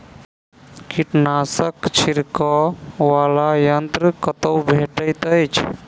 कीटनाशक छिड़कअ वला यन्त्र कतौ भेटैत अछि?